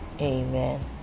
Amen